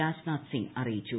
രാജ് നാഥ് സിംഗ് അറിയിച്ചു